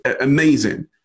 amazing